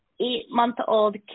eight-month-old